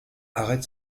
arrête